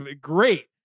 Great